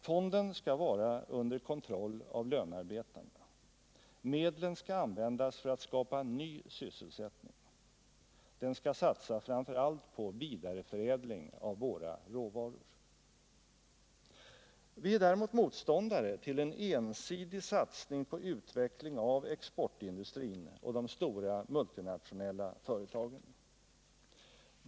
Fonden skall vara under kontroll av lönarbetarna, och medlen skall användas för att skapa ny sysselsättning. Den skall satsa framför allt på vidareförädling av våra råvaror. Vi är däremot motståndare till en ensidig satsning på utveckling av exportindustrin och de stora multinationella företagen.